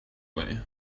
way